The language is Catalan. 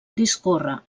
discorre